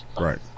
Right